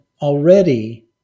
already